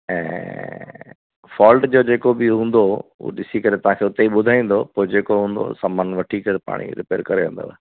ऐं फ़ॉल्ट जो जेको बि हूंदो उहो ॾिसी करे तव्हांखे हुते ई ॿुधाईंदो पोइ जेको हूंदो सामानु वठी करे पाण ई रिपेयर करे वेंदव